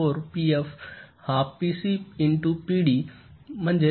४ PF हा PC into PD ०